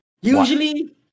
Usually